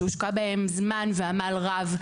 שהושקע בהן זמן ועמל רב.